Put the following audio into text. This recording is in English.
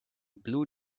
blue